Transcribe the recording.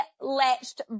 latched